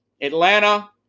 Atlanta